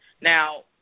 Now